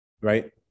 right